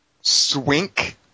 Swink